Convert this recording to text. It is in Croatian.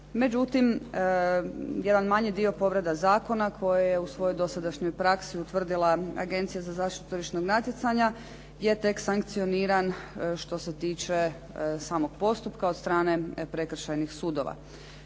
međutim jedan manji dio povreda zakona koji je u svojoj dosadašnjoj praksi utvrdila Agencija za zaštitu tržišnog natjecanja je tek sankcioniran što se tiče samog postupka od strane prekršajnih sudova.